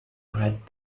read